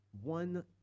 one